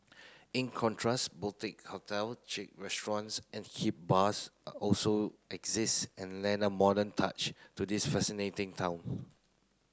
in contrast boutique hotel chic restaurants and hip bars are also exist and lend a modern touch to this fascinating town